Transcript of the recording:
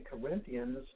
Corinthians